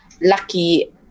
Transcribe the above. lucky